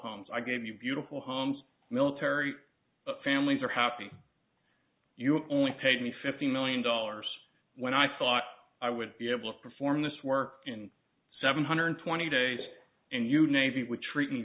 homes i gave you beautiful homes military families are happy you only paid me fifty million dollars when i thought i would be able to perform this work in seven hundred twenty days and you navy would treat me